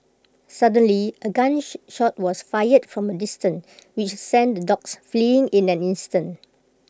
suddenly A gun shot was fired from A distance which sent the dogs fleeing in an instant